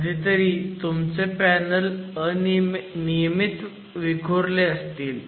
कधीतरी तुमचे पॅनल नियमित विखुरले असतील